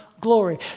glory